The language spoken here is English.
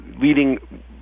leading